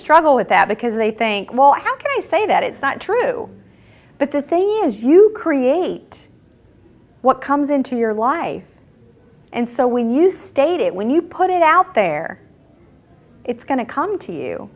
struggle with that because they think well how can i say that it's not true but the thing is you create what comes into your life and so when you state it when you put it out there it's going to come to you